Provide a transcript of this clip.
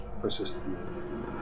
persisted